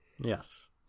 Yes